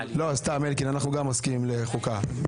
סתם, אלקין, גם אנחנו מסכימים לחוקה.